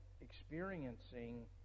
experiencing